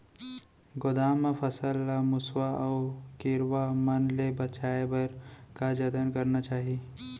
गोदाम मा फसल ला मुसवा अऊ कीरवा मन ले बचाये बर का जतन करना चाही?